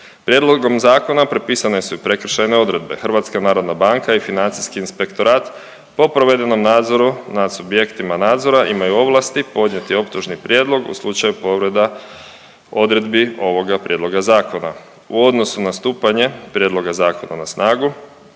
Prijedlogom zakona propisane su i prekršajne odredbe, HNB i financijski inspektorat po provedenom nadzoru nad subjektima nadzora imaju ovlasti podnijeti optužni prijedlog u slučaju povreda odredbi ovoga prijedloga zakona. U odnosu na stupanje prijedloga zakona na snagu